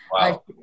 Wow